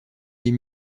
les